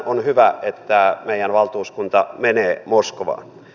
on hyvä että meidän valtuuskuntamme menee moskovaan